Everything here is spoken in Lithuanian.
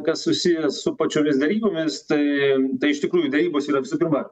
kas susiję su pačiomis derybomis tai tai iš tikrųjų derybos yra visų pirma